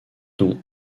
dont